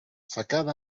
sacad